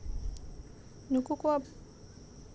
ᱱᱩᱠᱩ ᱠᱚᱣᱟᱜ